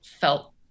felt